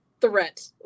Threat